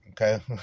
Okay